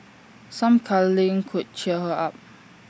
some cuddling could cheer her up